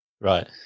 Right